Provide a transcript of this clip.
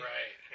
Right